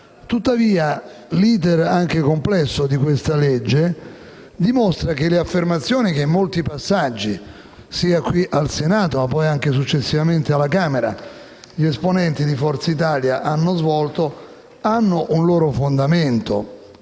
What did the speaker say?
Tuttavia, l'*iter*, anche complesso, di questa legge dimostra che le affermazioni che in molti passaggi, sia qui al Senato ma poi, successivamente, anche alla Camera, gli esponenti di Forza Italia hanno svolto hanno un loro fondamento.